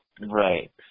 Right